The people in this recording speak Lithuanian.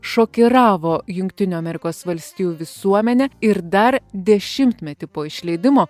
šokiravo jungtinių amerikos valstijų visuomenę ir dar dešimtmetį po išleidimo